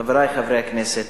חברי חברי הכנסת,